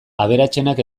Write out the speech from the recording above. aberatsenak